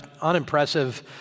unimpressive